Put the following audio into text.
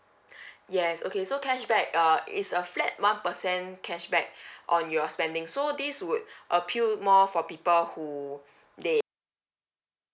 yes okay so cashback uh is a flat one percent cashback on your spending so this would appeal more for people who they